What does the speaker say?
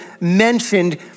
mentioned